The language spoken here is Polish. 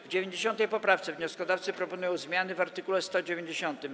W 90. poprawce wnioskodawcy proponują zmiany w art. 190.